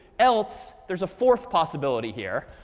else there's a fourth possibility here.